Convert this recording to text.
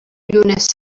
llunes